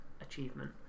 achievement